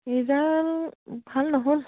result ভাল নহ'ল